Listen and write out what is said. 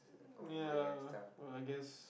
ya well I guess